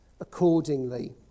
accordingly